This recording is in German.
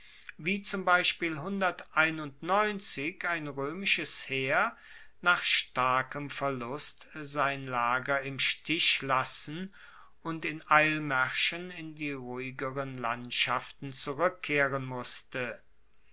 wie zum beispiel ein roemisches heer nach starkem verlust sein lager im stich lassen und in eilmaerschen in die ruhigeren landschaften zurueckkehren musste